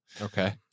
Okay